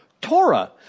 Torah